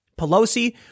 Pelosi